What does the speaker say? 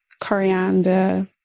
coriander